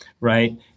right